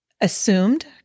assumed